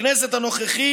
אנחנו אמרנו,